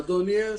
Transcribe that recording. אדוני היושב-ראש,